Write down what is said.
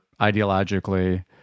ideologically